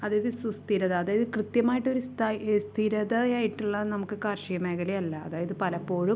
അതായത് സുസ്ഥിരത അതായത് കൃത്യമായിട്ടൊരു സ്ഥായി സ്ഥിരതയായിട്ടുള്ള നമുക്ക് കാർഷിക മേഖലയല്ല അതായത് പലപ്പോഴും